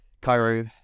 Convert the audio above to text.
Cairo